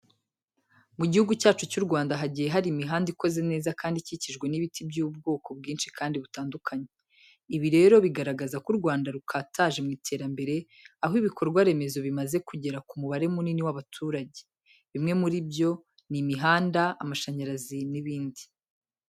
Mu gihugu cyacu cy'u Rwanda hagiye hari imihanda ikoze neza kandi ikikijwe n'ibiti by'ubwoko bwinshi kandi butandukanye. Ibi rero bigaragaza ko u Rwanda rukataje mu iterambere, aho ibikorwa remezo bimaze kugera ku mubare munini w'abaturage. Bimwe muri byo ni imihanda, amashanyarazi n'ibindi.